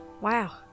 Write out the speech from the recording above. wow